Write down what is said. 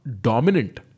dominant